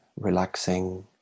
relaxing